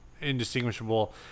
indistinguishable